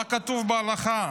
מה כתוב בהלכה?